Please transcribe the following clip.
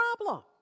problem